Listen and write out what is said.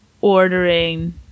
ordering